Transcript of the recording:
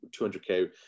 200K